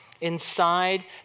Inside